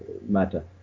matter